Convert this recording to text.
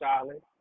solid